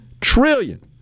trillion